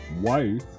Wife